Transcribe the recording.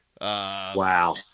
wow